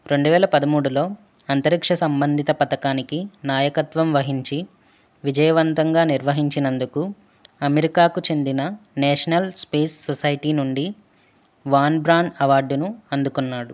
రెండు వేల పదమూడులో అంతరిక్ష సంబంధిత పథకానికి నాయకత్వం వహించి విజయవంతంగా నిర్వహించినందుకు అమెరికాకు చెందిన నేషనల్ స్పేస్ సొసైటీ నుండి వాన్ బ్రాన్ అవార్డును అందుకున్నాడు